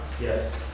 Yes